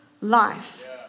life